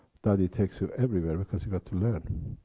daddy takes you everywhere, because you had to learn,